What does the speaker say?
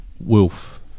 Wolf